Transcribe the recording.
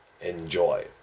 Enjoy